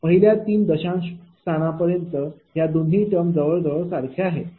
पहिल्या 3 दशांश ठिकाणापर्यंत ह्या दोन्ही टर्म जवळ जवळ सारख्या आहेत